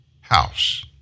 house